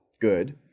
good